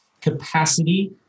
capacity